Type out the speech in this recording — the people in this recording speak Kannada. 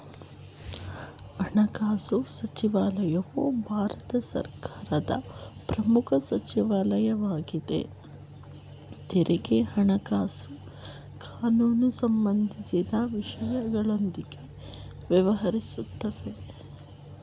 ಹಣಕಾಸು ಸಚಿವಾಲಯವು ಭಾರತ ಸರ್ಕಾರದ ಪ್ರಮುಖ ಸಚಿವಾಲಯವಾಗಿದೆ ತೆರಿಗೆ ಹಣಕಾಸು ಕಾನೂನು ಸಂಬಂಧಿಸಿದ ವಿಷಯಗಳೊಂದಿಗೆ ವ್ಯವಹರಿಸುತ್ತೆ